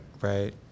right